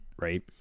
right